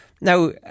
Now